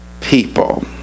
people